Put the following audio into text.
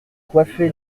coiffé